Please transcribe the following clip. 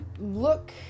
look